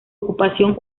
ocupación